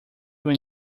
when